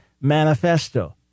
manifesto